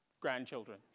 grandchildren